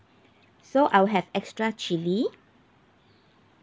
so I will have extra chili